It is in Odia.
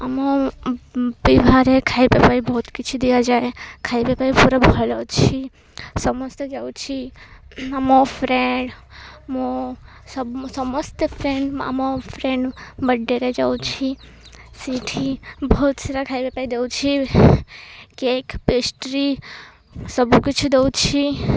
ଆମ ବିଭାଘରରେ ଖାଇବା ପାଇଁ ବହୁତ କିଛି ଦିଆଯାଏ ଖାଇବା ପାଇଁ ପୁରା ଭଲ ଅଛି ସମସ୍ତେ ଯାଉଛି ଆମ ଫ୍ରେଣ୍ଡ୍ ମୋ ସମସ୍ତେ ଫ୍ରେଣ୍ଡ୍ ଆମ ଫ୍ରେଣ୍ଡ୍ ବାର୍ଥ୍ଡ଼େରେ ଯାଉଛି ସେଇଠି ବହୁତ ସାରା ଖାଇବା ପାଇଁ ଦଉଛି କେକ୍ ପେଷ୍ଟ୍ରି ସବୁକିଛି ଦେଉଛି